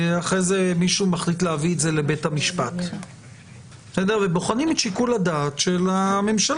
מישהו מחליט להביא את זה לבית המשפט ובוחנים את שיקול הדעת של הממשלה,